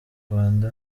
rwanda